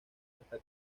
hasta